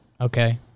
Okay